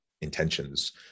intentions